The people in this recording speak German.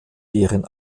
deren